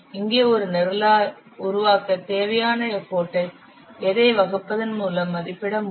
இங்கே ஒரு நிரலை உருவாக்க தேவையான எஃபர்ட் ஐ எதைப் வகுப்பதன் மூலம் மதிப்பிட முடியும்